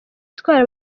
itwara